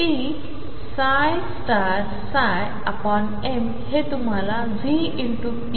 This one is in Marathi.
pmहेतुम्हालाv×ρ देतेजेj